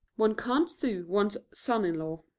one can't sue one's son-in-law.